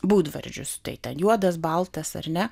būdvardžius tai juodas baltas ar ne